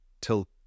till